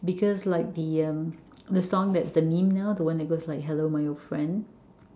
because like the um the song that's the meme now the one that goes like hello my old friend